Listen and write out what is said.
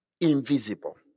invisible